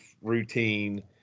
routine